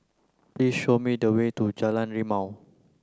please show me the way to Jalan Rimau